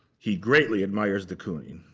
he greatly admires de kooning.